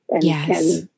Yes